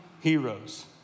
heroes